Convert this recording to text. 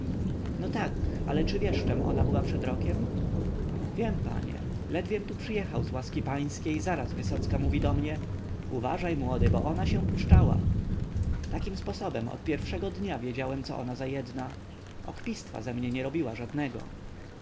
no tak ale czy wiesz czem ona była przed rokiem wiem panie ledwiem tu przyjechał z łaski pańskiej zaraz wysocka mówi do mnie uważaj młody bo ona się puszczała takim sposobem od pierwszego dnia wiedziałem co ona za jedna okpistwa ze mną nie robiła żadnego